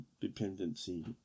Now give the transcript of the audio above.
dependency